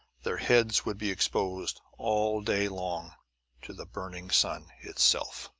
their heads would be exposed all day long to the burning sun itself.